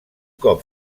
cop